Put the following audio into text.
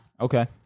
Okay